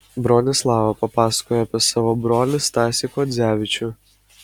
bronislava papasakojo apie savo brolį stasį kuodzevičių